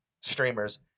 streamers